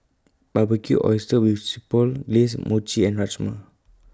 Barbecued Oysters with Chipotle Glaze Mochi and Rajma